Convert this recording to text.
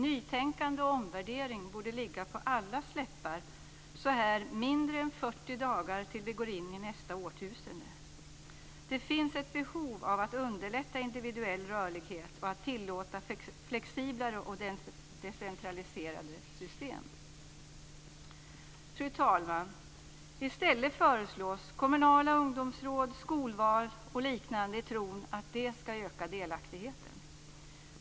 Nytänkande och omvärdering borde finnas på allas läppar så här mindre än 40 dagar innan vi går in i nästa årtusende. Det finns ett behov av att underlätta individuell rörlighet och tillåta flexiblare och mer decentraliserade system. I stället, fru talman, föreslås kommunala ungdomsråd, skolval och liknande i tron att det ska öka delaktigheten.